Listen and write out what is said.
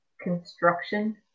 construction